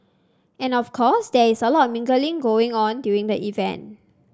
and of course there is a lot mingling going on during the event